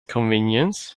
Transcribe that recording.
convenience